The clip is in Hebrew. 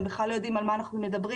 והם בכלל לא יודעים על מה אנחנו מדברים.